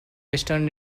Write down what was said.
western